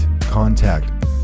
contact